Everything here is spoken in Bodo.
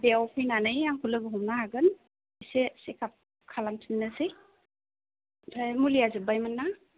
बेयाव फैनानै आंखौ लोगो हमनो हागोन एसे चेकआप खालामफिननोसै ओमफ्राय मुलिया जोब्बायमोन ना